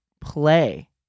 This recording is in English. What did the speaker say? play